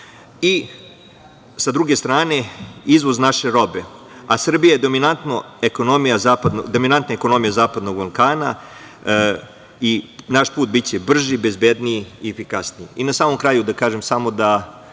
Sa druge strane, izvoz naše robe, a Srbija je dominantnija ekonomija zapadnog Balkana, i naš put biće brži, bezbedniji i efikasniji. Na samom kraju da kažem da